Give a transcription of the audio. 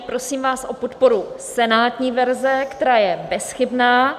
Prosím vás o podporu senátní verze, která je bezchybná.